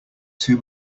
too